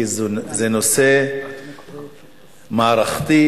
כי זה נושא מערכתי,